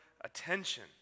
attention